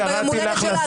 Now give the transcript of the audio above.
וביום ההולדת שלה,